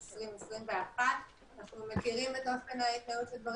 2021. אנחנו מכירים את אופן ההתנהלות של דברים,